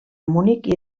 munic